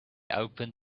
open